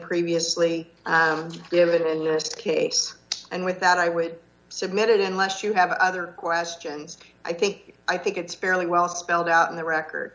previously given in your skates and with that i would submit it unless you have other questions i think i think it's fairly well spelled out in the record